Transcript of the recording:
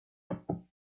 method